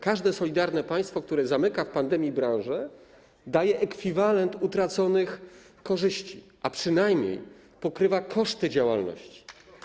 Każde solidarne państwo, które zamyka w czasie pandemii branże, daje ekwiwalent utraconych korzyści, a przynajmniej pokrywa koszty działalności.